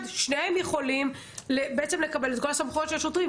שניהם יכולים לקבל את כל הסמכויות של השוטרים,